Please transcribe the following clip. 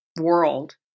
world